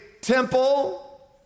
temple